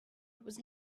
was